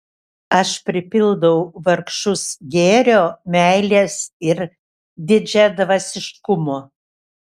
aš pripildau vargšus gėrio meilės ir didžiadvasiškumo